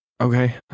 Okay